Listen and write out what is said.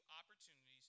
opportunities